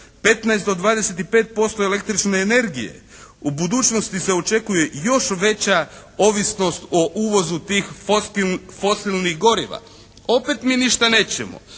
do 25% električne energije. U budućnosti se očekuje još veća ovisnost o uvozu tih fosilnih goriva. Opet mi ništa nećemo.